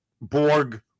Borg